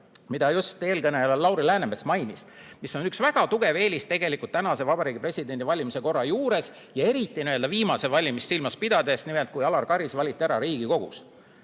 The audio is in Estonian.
mida just eelkõneleja Lauri Läänemets mainis, mis on üks väga tugev eelis tänase Vabariigi Presidendi valimise korra juures, eriti viimaseid valimisi silmas pidades, nimelt, kui Alar Karis valiti ära Riigikogus.